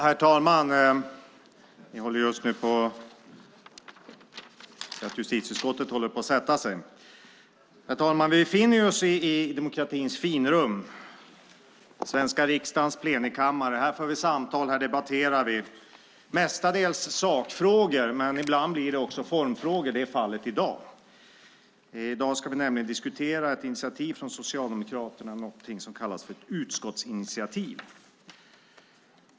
Herr talman! Vi befinner oss i demokratins finrum, svenska riksdagens kammare. Här för vi samtal, och här debatterar vi, mestadels sakfrågor men ibland också formfrågor, vilket är fallet i dag. I dag ska vi nämligen diskutera ett initiativ från Socialdemokraterna, någonting som kallas utskottsinitiativ.